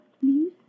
please